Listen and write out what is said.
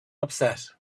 upset